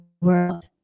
world